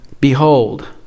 Behold